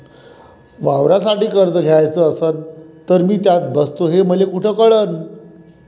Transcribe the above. वावरासाठी कर्ज घ्याचं असन तर मी त्यात बसतो हे मले कुठ कळन?